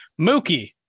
Mookie